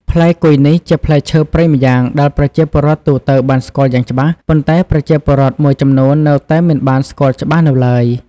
ផ្លែគុយនេះ ជាផ្លែឈើព្រៃម្យ៉ាង ដែលប្រជាពលរដ្ឋទូទៅបានស្គាល់យ៉ាងច្បាស់ ប៉ុន្តែប្រជាពលរដ្ឋមួយចំនួននៅតែមិនបានស្គាល់ច្បាស់នៅឡើយ។